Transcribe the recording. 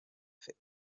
fait